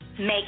Make